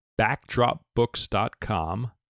BackdropBooks.com